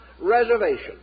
reservation